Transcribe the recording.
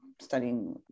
studying